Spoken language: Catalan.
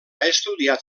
estudiat